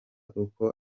uko